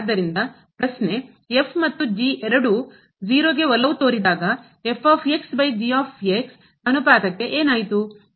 ಆದ್ದರಿಂದ ಪ್ರಶ್ನೆ ಮತ್ತು ಎರಡೂ ಗೆ ಒಲವು ತೋರಿದಾಗ ಅನುಪಾತಕ್ಕೆ ಏನಾಯಿತು